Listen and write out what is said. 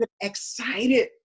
excited